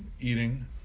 eating